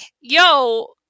Yo